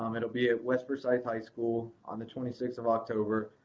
um it'll be at west forsyth high school on the twenty sixth of october,